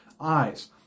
eyes